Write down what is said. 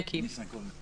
יש הסדר בעניין הזה.